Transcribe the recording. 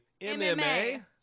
MMA